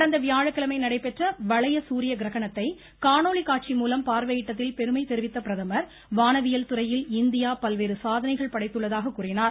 கடந்த வியாழக்கிழமை நடைபெற்ற வளைய சூரியகிரஹணத்தை காணொளிகாட்சிமூலம் பார்வையிட்டதில் பெருமை தெரிவித்த பிரதமர் வானவியல் துறையில் இந்தியா பல்வேறு சாதனைகள் படைத்துள்ளதாக கூறினார்